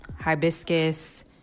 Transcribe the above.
hibiscus